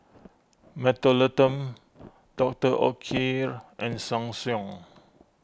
Mentholatum Doctor Oetker and Ssangyong